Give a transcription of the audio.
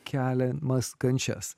keliamas kančias